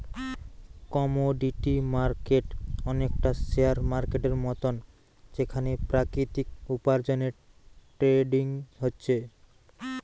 commodity market অনেকটা share মার্কেটের মতন যেখানে প্রাকৃতিক উপার্জনের ট্রেডিং হচ্ছে